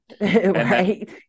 right